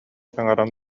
саҥаран